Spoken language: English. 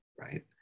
right